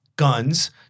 guns